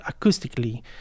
acoustically